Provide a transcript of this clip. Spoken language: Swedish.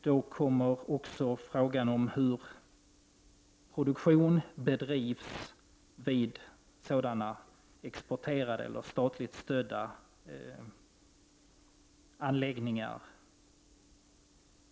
Då kommer också frågan in om hur produktion bedrivs vid sådana statligt stödda anläggningar.